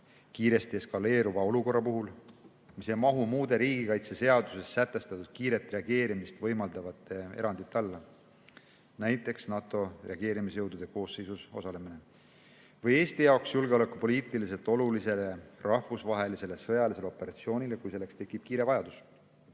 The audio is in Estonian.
kiiresti eskaleeruva olukorra puhul, mis ei mahu muude riigikaitseseaduses sätestatud kiiret reageerimist võimaldavate erandite alla, näiteks NATO reageerimisjõudude koosseisus osalemine, või Eesti jaoks julgeolekupoliitiliselt olulisele rahvusvahelisele sõjalisele operatsioonile, kui selleks tekib kiire vajadus.